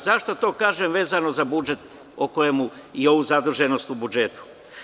Zašto to kažem vezano za budžet i ovu zaduženost u budžetu?